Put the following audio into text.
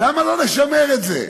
למה לא לשמר את זה?